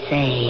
Say